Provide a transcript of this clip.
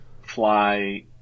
fly